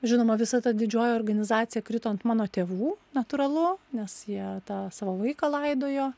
žinoma visa ta didžioji organizacija krito ant mano tėvų natūralu nes jie tą savo vaiką laidojo